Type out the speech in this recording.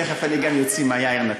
תכף אני גם אוציא מה יאיר נתן.